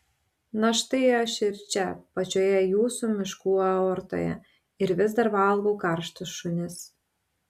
na štai aš ir čia pačioje jūsų miškų aortoje ir vis dar valgau karštus šunis